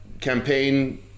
campaign